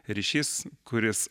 ryšys kuris